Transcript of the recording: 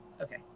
Okay